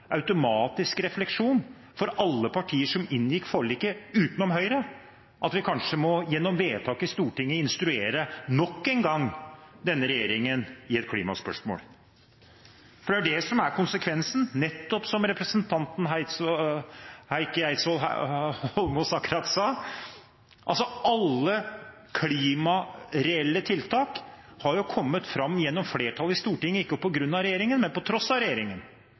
automatisk refleksjon hos alle partier som inngikk forliket, utenom Høyre, at vi kanskje gjennom vedtak i Stortinget nok en gang må instruere denne regjeringen i et klimaspørsmål. Det er det som er konsekvensen, som representanten Heikki Eidsvoll Holmås nettopp sa: Alle klimareelle tiltak har kommet fram gjennom flertall i Stortinget og ikke på grunn av regjeringen, men på tross av regjeringen.